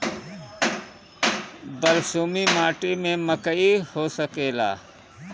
बलसूमी माटी में मकई हो सकेला?